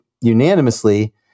unanimously